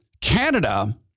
canada